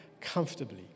comfortably